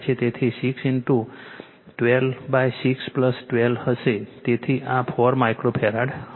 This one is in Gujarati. તેથી તે 6 126 12 હશે તેથી આ 4 માઇક્રોફેરાડ હશે